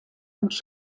und